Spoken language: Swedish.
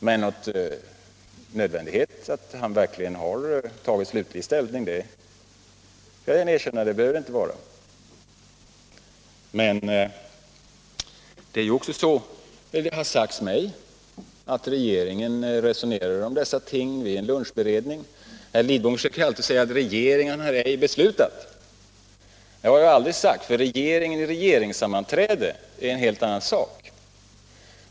Men någon nödvändighet för att promemorian visar att han verkligen har tagit slutlig ställning — det skall jag gärna erkänna — behöver det inte vara. Men det har sagts mig att regeringen resonerade om dessa ting vid en lunchberedning. Herr Lidbom försöker alltid säga att regeringen har ej ”beslutat”. Det har jag aldrig sagt att den gjort, för regeringen i regeringssammanträde är en helt annan sak.